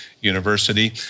University